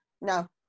No